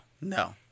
No